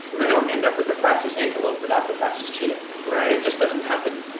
you don't end up with the fastest antelope without the fastest cheetah. it just doesn't happen.